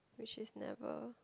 which is never